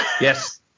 Yes